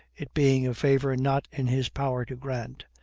it being a favor not in his power to grant.